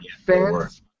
Fans